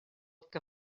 que